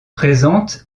présente